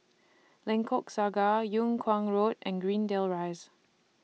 Lengkok Saga Yung Kuang Road and Greendale Rise